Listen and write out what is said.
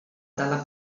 dalla